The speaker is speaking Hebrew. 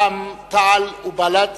רע"ם-תע"ל ובל"ד